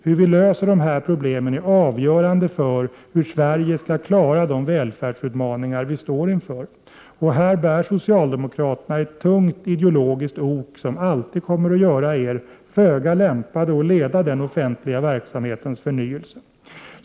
Hur vi löser de här problemen är avgörande för hur Sverige skall klara de välfärdsutmaningar vi står inför. Och här bär socialdemokraterna ett tungt ideologiskt ok, som alltid kommer att göra er föga lämpade att leda den offentliga verksamhetens förnyelse.